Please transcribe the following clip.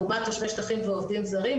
לעומת תושבי שטחים ועובדים זרים,